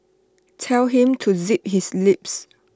tell him to zip his lips